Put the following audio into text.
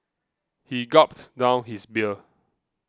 he gulped down his beer